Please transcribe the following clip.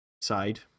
Side